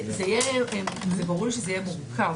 ברור שזה יהיה מורכב.